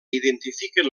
identifiquen